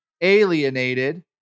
alienated